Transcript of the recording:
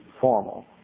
formal